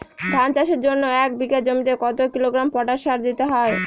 ধান চাষের জন্য এক বিঘা জমিতে কতো কিলোগ্রাম পটাশ সার দিতে হয়?